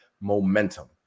momentum